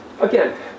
Again